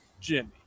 Jimmy